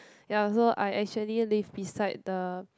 ya so I actually live beside the